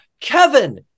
Kevin